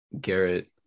Garrett